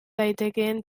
daitekeen